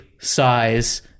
size